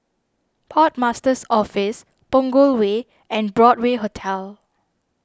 Port Master's Office Punggol Way and Broadway Hotel